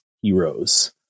heroes